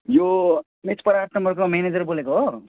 यो मेछपर आठ नम्बरको म्यानेजर बोलेको हो